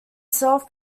self